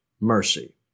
mercy